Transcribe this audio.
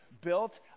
built